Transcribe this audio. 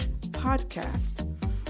podcast